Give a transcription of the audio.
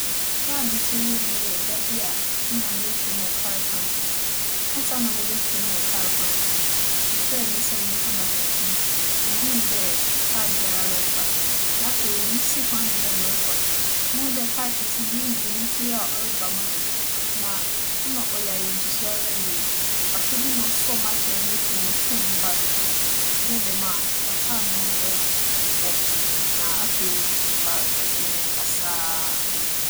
Da a me tsir yɛɛ yie yɛ da bi a nna murutwa mu wͻ kaar kwan mu. Ansaana mubotwa mu wͻ kaar kwan no, mohwɛɛ me nsa nyimfa na benkum, muhun dɛ kaar biara remmba. Na afei, misii kwan do dɛ morokͻ no, muhun dɛ kaar kɛse bi eyi ne tsir a ͻreba mo do. Na nna ͻyɛ ayamuhyehye ara yie. Papa bi na osuoo m'atar n'ekyir na opiaa me baa no do. Nnyɛ dɛm a nka kaar no bɛbͻ me, na afei, ͻa - ͻaayɛ me basaa.